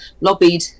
lobbied